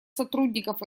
сотрудников